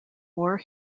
war